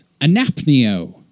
anapneo